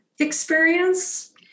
Experience